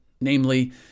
namely